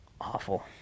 awful